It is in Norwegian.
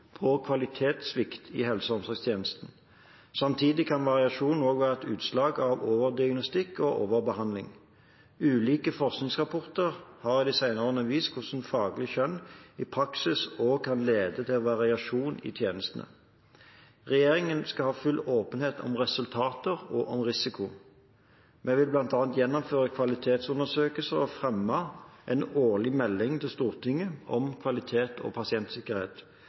på kvalitetssvikt i helse- og omsorgstjenestene. Samtidig kan variasjon også være et utslag av overdiagnostikk og overbehandling. Ulike forskningsrapporter har i de senere årene vist hvordan faglig skjønn i praksis også kan lede til variasjon i tjenestene. Regjeringen skal ha full åpenhet om resultater og risiko. Vi vil bl.a. gjennomføre kvalitetsundersøkelser og fremme en årlig melding til Stortinget om kvalitet og pasientsikkerhet.